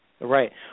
Right